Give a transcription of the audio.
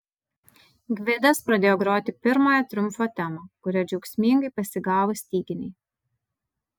gvidas pradėjo groti pirmąją triumfo temą kurią džiaugsmingai pasigavo styginiai